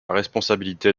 responsabilité